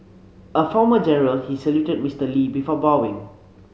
a former general he saluted Mister Lee before bowing